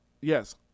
yes